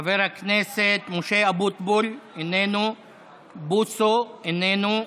חבר הכנסת משה אבוטבול, איננו, בוסו, איננו,